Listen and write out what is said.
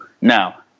now